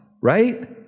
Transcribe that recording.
right